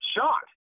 Shocked